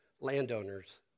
landowners